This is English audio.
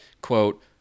quote